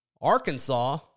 Arkansas